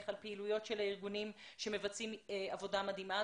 על פעילויות של הארגונים שמבצעים עבודה מדהימה.